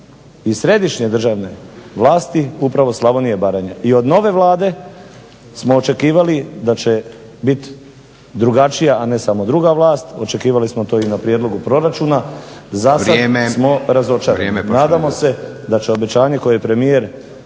i središnje državne vlasti upravo Slavonija i Baranja. I od nove Vlade smo očekivali da će biti drugačija, a ne samo druga vlast. Očekivali smo to i na prijedlogu proračuna. Zasad smo razočarani. Nadamo se da će obećanje koje je premijer